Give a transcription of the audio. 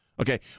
okay